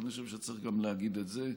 ואני חושב שצריך גם להגיד את זה,